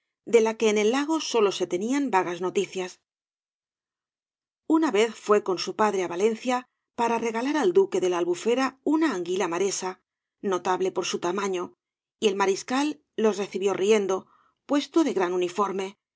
de la que en el lago sólo se tenían vagas noticias una vez fué con su padre á valencia para regalar al duque de la albufera una anguila maresa notable por su tamaño y el mariscal los recibió riendo puesto de gran uniforme